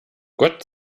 gott